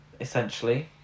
Essentially